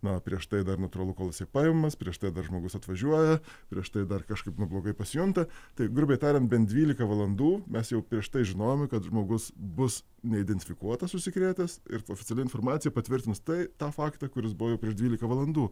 na prieš tai dar natūralu kol jisai paimamas prieš tai dar žmogus atvažiuoja prieš tai dar kažkaip nu blogai pasijunta tai grubiai tariant bent dvylika valandų mes jau prieš tai žinojome kad žmogus bus neidentifikuotas užsikrėtęs ir oficiali informacija patvirtins tai tą faktą kuris buvo prieš dvylika valandų